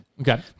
Okay